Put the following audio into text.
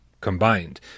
combined